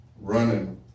running